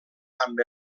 amb